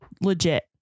Legit